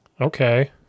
Okay